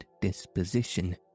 disposition